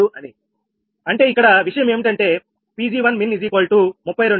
అని అంటే ఇక్కడ విషయం ఏమిటంటే 𝑃𝑔1𝑚in32